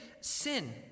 sin